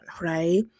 right